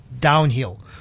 downhill